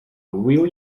will